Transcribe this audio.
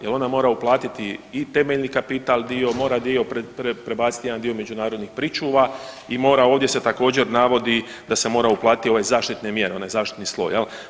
Je li ona mora uplatiti i temeljni kapital dio, mora dio prebaciti jedan dio međunarodnih pričuva i mora ovdje se također, navodi da se mora uplatiti ovaj zaštitne mjere, onaj zaštitni sloj, je li?